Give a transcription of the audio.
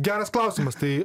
geras klausimas tai